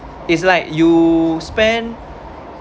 it's like you spend